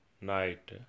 night